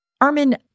Armin